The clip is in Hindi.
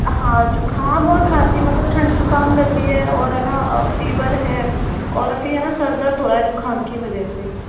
हाँ जुकाम और खाँसी मतलब ठंड जुकाम लग रही है और है न फीवर है और अभी है ना सिरदर्द हो रहा है जुकाम की वजह से